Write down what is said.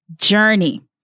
journey